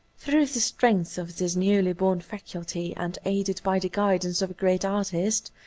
through the strength of this newly-born faculty, and aided by the guid ance of a great artist,